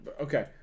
okay